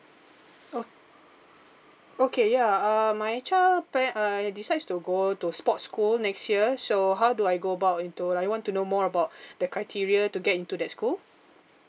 oh okay ya uh my child plan uh decided to go to sports school next year so how do I go about into like I want to know more about the criteria to get into that school